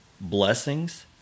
blessings